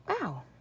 wow